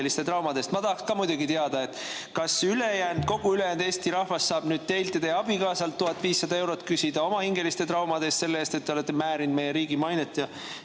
Ma tahaksin ka muidugi teada, kas kogu ülejäänud Eesti rahvas saab nüüd teilt ja teie abikaasalt 1500 eurot küsida oma hingeliste traumade eest, selle eest, et te olete määrinud meie riigi mainet